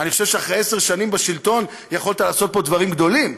אני חושב שאחרי עשר שנים בשלטון יכולת לעשות פה דברים גדולים,